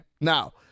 now